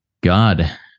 God